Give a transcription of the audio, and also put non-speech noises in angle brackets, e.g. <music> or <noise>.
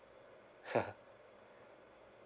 <laughs>